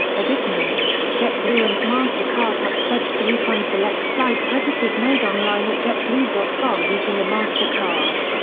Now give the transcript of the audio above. additionally, jetblue and mastercard have pledged to refund select flight purchases made online at jetblue dot com using a mastercard.